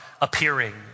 appearing